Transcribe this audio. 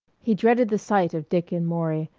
he dreaded the sight of dick and maury,